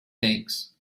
things